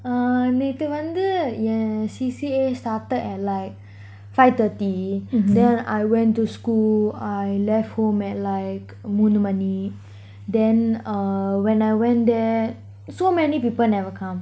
uh நேத்து வந்து ஏன்:neathu vanthu yean C_C_A started at like five thirty then I went to school I left home at like மூணு மணி:moonu mani then err when I went there so many people never come